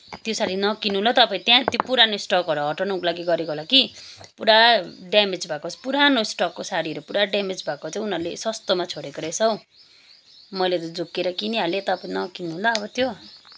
त्यसरी नकिन्नु ल तपाईँ त्यहाँ त्यो पुरानो स्टकहरू हटाउनुको लागि गरेको होला कि पुरा ड्यामेज भएको पुरानो स्टकको साडीहरू पुरा ड्यामेज भएको चाहिँ उनीहरूले सस्तोमा छोडेको रहेछ हौ मैले त झुक्किएर किनिहालेँ तपाईँ नकिन्नु ल अब त्यो